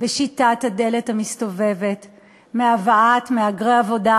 בשיטת הדלת המסתובבת מהבאת מהגרי עבודה,